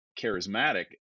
charismatic